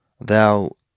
thou